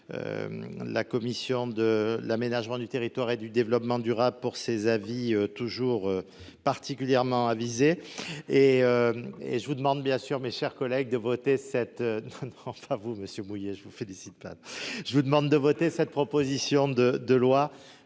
la commission de l’aménagement du territoire et du développement durable, dont les avis sont toujours particulièrement avisés. Je vous demande, mes chers collègues, de voter cette proposition de loi,